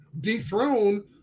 dethrone